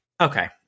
okay